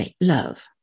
love